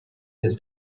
his